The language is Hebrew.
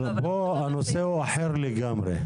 אבל פה הנושא הוא אחר לגמרי.